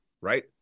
right